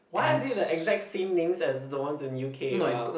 why are they the exact same names as the ones in U_K [wah]